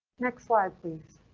next slide, please.